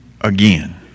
again